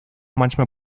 manchmal